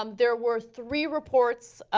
um there were three reports,